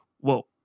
Whoa